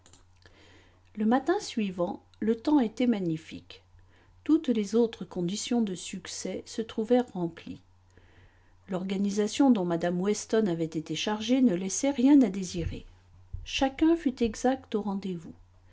le matin suivant le temps était magnifique toutes les autres conditions de succès se trouvèrent remplies l'organisation dont mme weston avait été chargée ne laissait rien à désirer chacun fut exact au rendez-vous